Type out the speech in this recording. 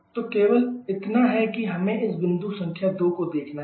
तो केवल इतना है कि हमें इस बिंदु संख्या 2 को देखना है